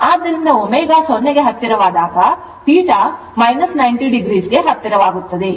ಆದ್ದರಿಂದ ω 0 ಗೆ ಹತ್ತಿರವಾದಾಗ θ 90o ಗೆ ಹತ್ತಿರವಾಗುತ್ತದೆ